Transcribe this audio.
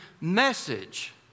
message